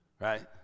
Right